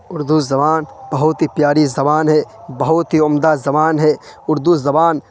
اردو زبان بہت ہی پیاری زبان ہے بہت ہی عمدہ زبان ہے اردو زبان